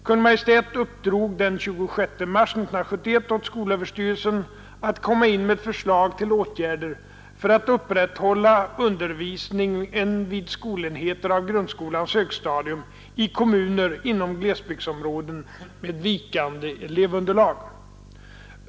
Kungl. Maj:t uppdrog den 26 mars 1971 åt skolöverstyrelsen att komma in med förslag till åtgärder för att upprätthålla undervisningen vid skolenheter av grundskolans högstadium i kommuner inom glesbygdsområden med vikande elevunderlag.